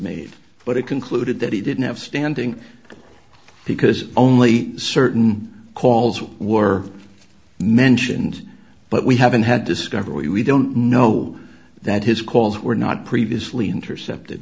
made but it concluded that he didn't have standing because only certain calls were mentioned but we haven't had discovery we don't know that his calls were not previously